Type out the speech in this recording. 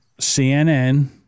CNN